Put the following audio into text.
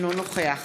אינו נוכח